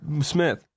smith